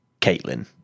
Caitlin